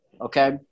okay